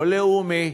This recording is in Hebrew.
או לאומי,